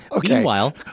Meanwhile